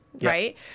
right